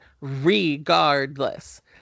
regardless